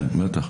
כן, בטח.